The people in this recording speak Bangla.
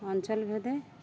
অঞ্চলভেদে